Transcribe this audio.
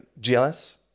gls